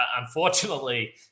unfortunately